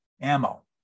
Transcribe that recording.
ammo